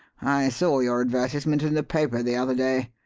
i saw your advertisement in the paper the other day.